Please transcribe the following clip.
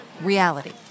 reality